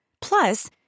Plus